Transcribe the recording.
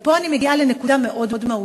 ופה אני מגיעה לנקודה מאוד מהותית: